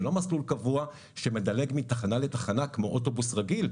זה לא מסלול קבוע שמדלג מתחנה לתחנה כמו אוטובוס רגיל,